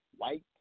White